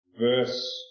verse